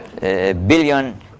billion